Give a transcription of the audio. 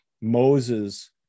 Moses